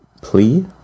plea